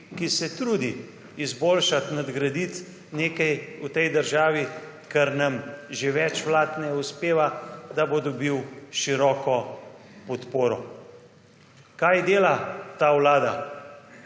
ki se trudi izboljšat, nadgradit nekaj v tej državi, kar nam že več vlad ne uspeva, da bo dobil široko podporo. Kaj dela ta Vlada?